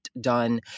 done